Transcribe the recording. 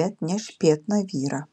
bet nešpėtną vyrą